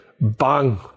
Bang